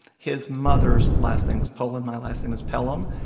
his mother's last name was polan. my last name is pelham.